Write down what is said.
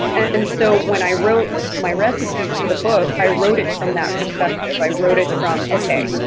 and so when i wrote my recipes for the book, i wrote it from that perspective. i wrote it from, okay,